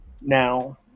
now